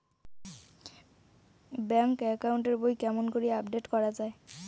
Bank account এর বই কেমন করি আপডেট করা য়ায়?